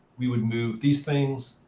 we would move these things,